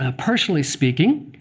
ah personally speaking,